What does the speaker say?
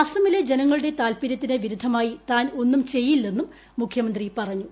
അസമിലെ ജനങ്ങളുടെ താൽപര്യത്തിന് വിരുദ്ധമായി താൻ ഒന്നും ചെയ്യില്ലെന്നും മുഖ്യമന്ത്രി പറഞ്ഞു